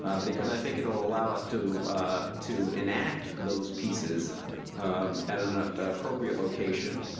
um because i think it'll allow us to to enact those pieces at an ah appropriate location.